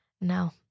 No